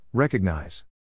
Recognize